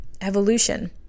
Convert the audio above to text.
evolution